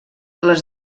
les